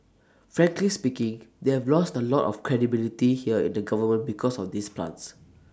frankly speaking they have lost A lot of credibility here in the government because of these plants